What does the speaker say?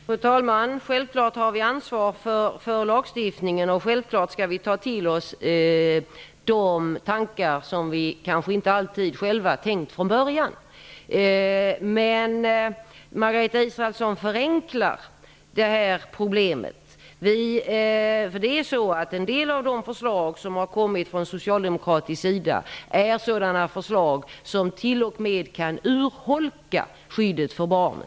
Fru talman! Självfallet har vi ansvar för lagstiftningen, och självfallet skall vi ta till oss de tankar som vi kanske inte alltid själva har tänkt från början. Men Margareta Israelsson förenklar problemet. En del av de förslag som har kommit från socialdemokraterna är sådana att de t.o.m. kan urholka skyddet för barnen.